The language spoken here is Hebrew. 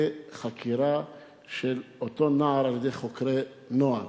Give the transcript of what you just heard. זה חקירה של אותו נער על-ידי חוקרי נוער.